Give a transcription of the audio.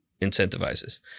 incentivizes